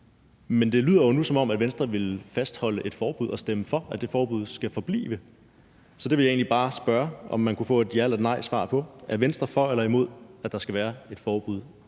Men det lyder jo nu, som om Venstre vil fastholde et forbud og stemme for, at det forbud skal forblive. Så det vil jeg egentlig bare spørge om man kunne få et ja-/nejsvar på. Er Venstre for eller imod, at der fortsat skal være et forbud